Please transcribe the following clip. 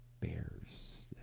Bears